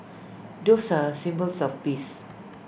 doves are symbols of peace